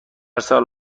سال